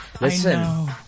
Listen